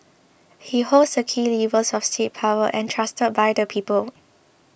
he holds the key levers of state power entrusted by the people